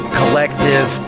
collective